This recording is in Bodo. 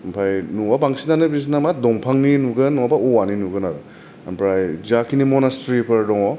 ओमफाय न'आ बांसिनानो बिसिना दंफांनि नुगोन नङाबा औवानि नुगोन आरो आमफ्राय जा खिनि मनेस्ट्रिफोर दङ